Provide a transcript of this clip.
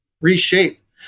reshape